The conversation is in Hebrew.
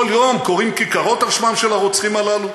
כל יום, קוראים כיכרות על שמם של הרוצחים הללו,